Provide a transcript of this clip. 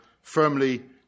firmly